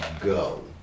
go